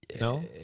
No